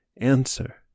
answer